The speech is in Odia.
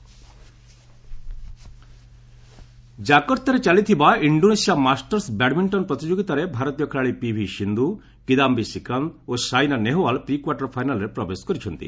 ବ୍ୟାଡମିଣ୍ଟନ ଜାକର୍ତ୍ତାରେ ଚାଲିଥିବା ଇଣ୍ଡୋନେସିଆ ମାଷ୍ଟର୍ସ ବ୍ୟାଡମିଷ୍ଟନ ପ୍ରତିଯୋଗିତାରେ ଭାରତୀୟ ଖେଳାଳି ପିଭି ସିନ୍ଧୁ କିଦାୟି ଶ୍ରୀକାନ୍ତ ଏବଂ ସାଇନା ନେହୱାଲ୍ ପ୍ରିକ୍ୱାର୍ଟର ଫାଇନାଲ୍ରେ ପ୍ରବେଶ କରିଛନ୍ତି